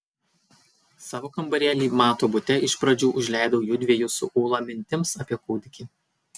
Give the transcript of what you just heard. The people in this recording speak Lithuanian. savo kambarėlį mato bute iš pradžių užleidau jųdviejų su ūla mintims apie kūdikį